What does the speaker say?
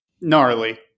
Gnarly